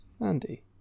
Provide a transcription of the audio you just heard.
Andy